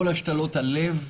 כל השתלות הלב,